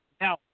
Now